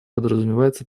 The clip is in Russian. подразумевается